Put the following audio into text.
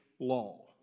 law